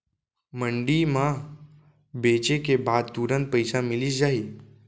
मंडी म बेचे के बाद तुरंत पइसा मिलिस जाही?